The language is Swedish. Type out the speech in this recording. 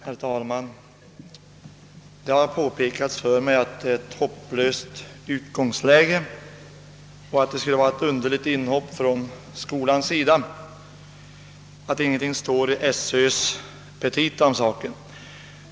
Herr talman! Det har påpekats för mig att det är ett hopplöst utgångsläge och att detta skulle vara ett underligt inhopp från skolans sida, därför att det ingenting står i skolöverstyrelsens petita om saken.